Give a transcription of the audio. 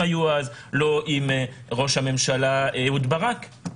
לא עם ראש הממשלה אהוד ברק,